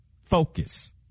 focus